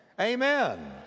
Amen